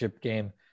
game